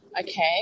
Okay